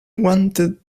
wanted